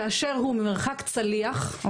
כאשר הוא ממרחק צליח,